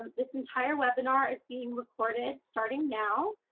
this entire webinar is being recorded, starting now.